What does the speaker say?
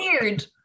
weird